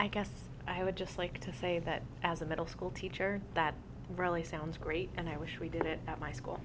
i guess i would just like to say that as a middle school teacher that really sounds great and i wish we did it at my school